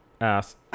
ass